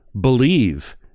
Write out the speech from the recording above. believe